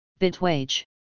Bitwage